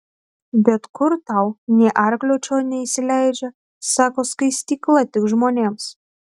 bet kur tau nė arklio čion neįsileidžia sako skaistykla tik žmonėms